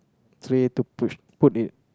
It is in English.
tray to push put it